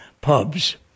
pubs